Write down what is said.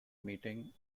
meeting